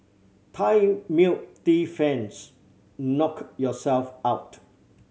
Thai milk tea fans knock yourselves out